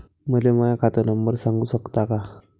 मले माह्या खात नंबर सांगु सकता का?